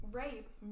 rape